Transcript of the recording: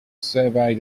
survey